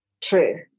True